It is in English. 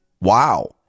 wow